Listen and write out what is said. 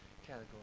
category